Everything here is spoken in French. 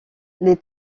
les